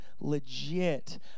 legit